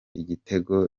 igitego